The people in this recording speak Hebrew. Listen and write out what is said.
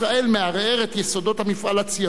מערער את יסודות המפעל הציוני,